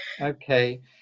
okay